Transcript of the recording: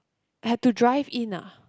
had to drive in ah